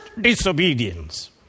disobedience